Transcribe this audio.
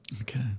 Okay